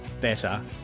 better